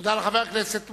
תודה לחבר הכנסת מולה.